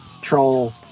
troll